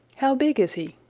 how big is he?